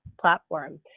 platform